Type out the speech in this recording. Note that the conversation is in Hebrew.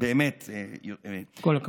כל הכבוד.